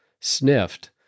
sniffed